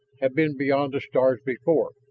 have been beyond the stars before,